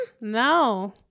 No